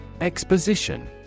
Exposition